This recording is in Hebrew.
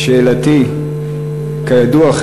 שאלתי: כידוע,